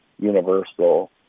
universal